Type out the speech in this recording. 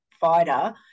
fighter